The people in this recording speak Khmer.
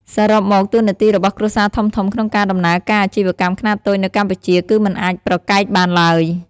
សរុបមក តួនាទីរបស់គ្រួសារធំៗក្នុងការដំណើរការអាជីវកម្មខ្នាតតូចនៅកម្ពុជាគឺមិនអាចប្រកែកបានឡើយ។